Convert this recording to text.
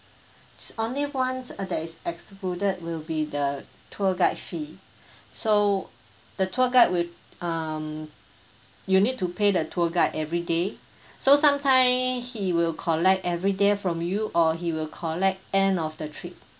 s~ only one uh that is excluded will be the tour guide fee so the tour guide would um you need to pay the tour guide everyday so sometime he will collect everyday from you or he will collect end of the trip